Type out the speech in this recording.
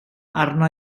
arna